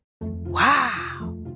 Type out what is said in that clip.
Wow